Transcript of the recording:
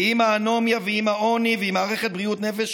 ועם האנומיה ועם העוני ועם מערכת בריאות נפש